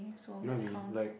you know what I mean like